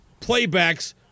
playbacks